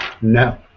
No